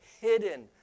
hidden